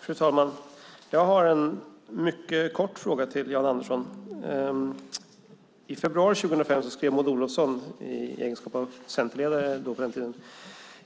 Fru talman! Jag har en mycket kort fråga till Jan Andersson. I februari 2005 skrev Maud Olofsson i egenskap av centerledare